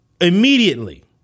immediately